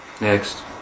Next